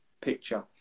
picture